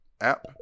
app